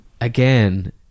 again